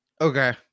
Okay